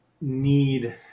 need